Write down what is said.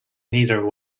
neither